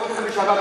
ולראות את זה בשבת,